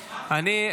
בבקשה.